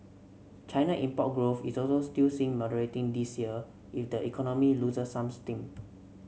China import growth is also still seen moderating this year if the economy loses some steam